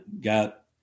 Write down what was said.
got